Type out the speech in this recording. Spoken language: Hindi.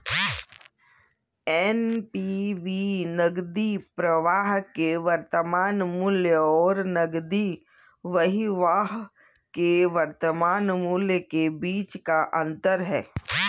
एन.पी.वी नकदी प्रवाह के वर्तमान मूल्य और नकदी बहिर्वाह के वर्तमान मूल्य के बीच का अंतर है